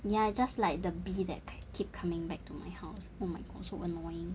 ya just like the bee that keep coming back to my house oh my god so annoying